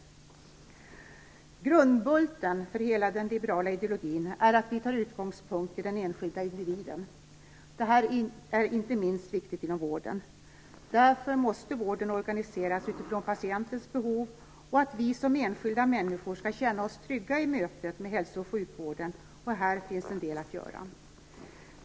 Grundbulten för hela den liberala ideologin är att vi tar utgångspunkt i den enskilda individen. Detta är inte minst viktigt inom vården. Därför måste vården organiseras utifrån patientens behov. Vi som enskilda människor skall känna oss trygga i mötet med hälso och sjukvården. Här finns en del att göra.